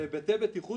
"להיבטי בטיחות